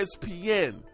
espn